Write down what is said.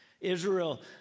Israel